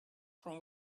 from